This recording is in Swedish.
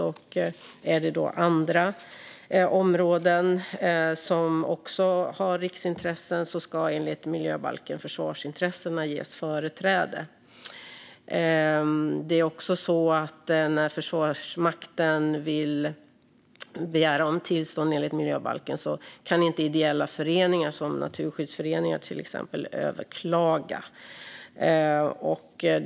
Finns det då andra områden som också har riksintressen ska enligt miljöbalken försvarsintressena ges företräde. Det är också så att ideella föreningar som naturskyddsföreningar inte kan överklaga när Försvarsmakten begär om tillstånd i enlighet med miljöbalken.